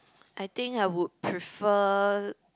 I think I would prefer